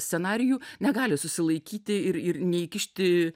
scenarijų negali susilaikyti ir ir neįkišti